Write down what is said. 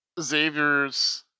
Xavier's